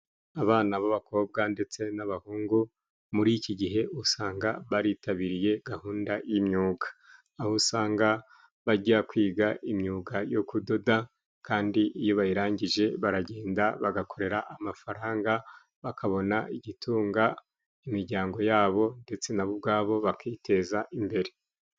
Abana b'abakobwa ndetse n'abahungu muri iki gihe usanga baritabiriye gahunda y'imyuga. Aho usanga bajya kwiga imyuga yo kudoda, kandi iyo bayirangije baragenda bagakorera amafaranga bakabona igitunga imiryango yabo, ndetse nabo ubwabo bakiteza imbere.